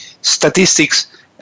statistics